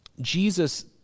Jesus